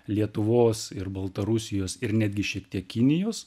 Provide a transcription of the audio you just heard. lietuvos ir baltarusijos ir netgi šiek tiek kinijos